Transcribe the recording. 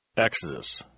Exodus